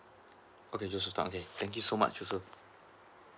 okay joseph tan okay thank you so much joseph